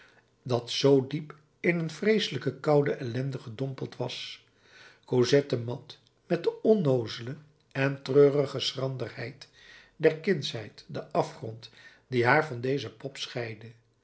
dat zoo diep in een vreeselijke koude ellende gedompeld was cosette mat met de onnoozele en treurige schranderheid der kindsheid den afgrond die haar van deze pop scheidde